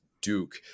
Duke